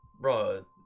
bro